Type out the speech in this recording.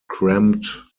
cramped